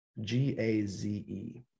G-A-Z-E